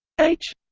h